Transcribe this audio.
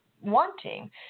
wanting